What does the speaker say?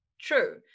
true